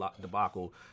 debacle